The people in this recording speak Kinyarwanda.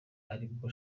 aribwo